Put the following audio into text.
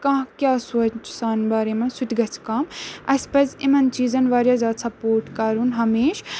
کانٛہہ کیاہ سونچہِ سانہِ بارے منٛز سُہ تہِ گژھِ کَم اَسہِ پَزِ یِمن چیٖزَن واریاہ زیادٕ سَپورٹ کَرُن ہمیشہٕ